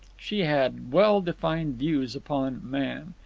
she had well-defined views upon man.